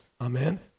Amen